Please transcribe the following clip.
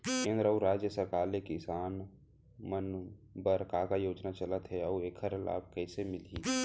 केंद्र अऊ राज्य सरकार ले किसान मन बर का का योजना चलत हे अऊ एखर लाभ कइसे मिलही?